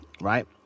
right